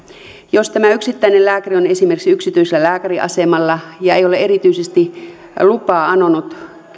jos tämä yksittäinen lääkäri on esimerkiksi yksityisellä lääkäriasemalla ja ei ole erityisesti lupaa anonut